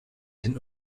den